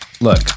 look